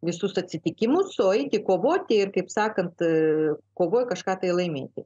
visus atsitikimus o eiti kovoti ir kaip sakant kovoj kažką tai laimėti